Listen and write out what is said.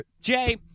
Jay